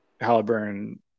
Halliburton